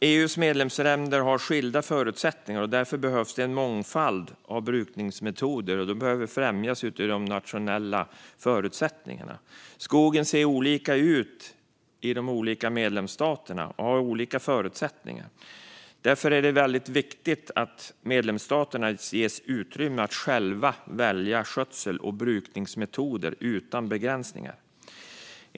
EU:s medlemsländer har skilda förutsättningar, och därför behövs en mångfald av brukningsmetoder som behöver främjas utifrån de nationella förutsättningarna. Skogen ser ju olika ut i de olika medlemsstaterna och har olika förutsättningar. Därför är det väldigt viktigt att medlemsstaterna ges utrymme att själva välja skötsel och brukningsmetoder utan begränsningar.